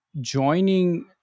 joining